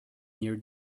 near